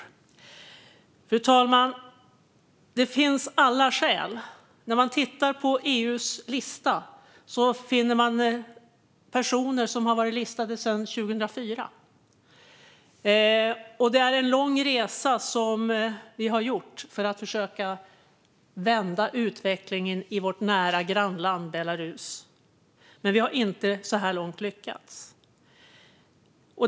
Fru talman! När man tittar på EU:s lista finner man personer som har varit listade sedan 2004. Och det är en lång resa som vi har gjort för att försöka vända utvecklingen i vårt nära grannland Belarus, men vi har så här långt inte lyckats.